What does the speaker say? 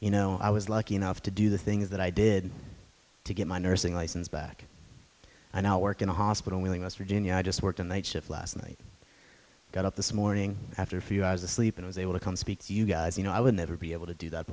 you know i was lucky enough to do the things that i did to get my nursing license back i now work in a hospital wheeling west virginia i just worked on that shift last night i got up this morning after a few hours of sleep and was able to come speaks you guys you know i would never be able to do that